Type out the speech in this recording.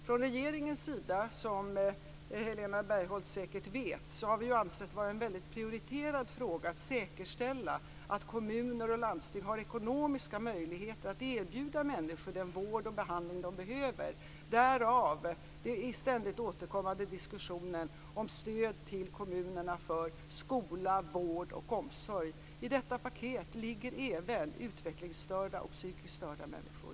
Från regeringens sida har vi, som Helena Bargholtz säkert vet, ansett det vara en väldigt prioriterad fråga att säkerställa att kommuner och landsting har ekonomiska möjligheter att erbjuda människor den vård och behandling de behöver - därav den ständigt återkommande diskussionen om stöd till kommunerna för skola, vård och omsorg. I detta paket ligger även utvecklingsstörda och psykiskt störda människor.